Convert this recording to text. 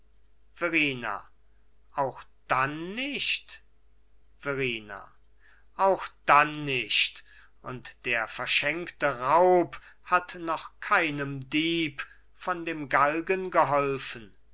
verrina auch dann nicht verrina auch dann nicht und der verschenkte raub hat noch keinem dieb von dem galgen geholfen